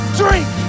drink